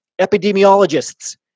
Epidemiologists